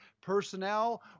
personnel